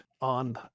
on